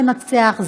שמנצח,